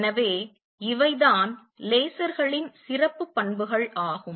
எனவே இவைதான் லேசர்களின் சிறப்பு பண்புகள் ஆகும்